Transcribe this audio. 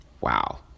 Wow